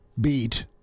beat